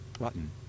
Button